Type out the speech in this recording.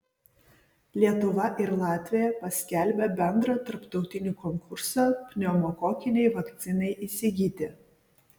lietuva ir latvija paskelbė bendrą tarptautinį konkursą pneumokokinei vakcinai įsigyti